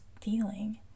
feeling